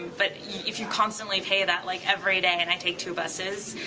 but if you constantly pay that like everyday and i take two buses,